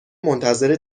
منتظر